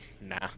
Nah